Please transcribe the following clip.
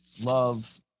love